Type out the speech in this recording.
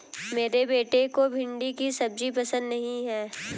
मेरे बेटे को भिंडी की सब्जी पसंद नहीं है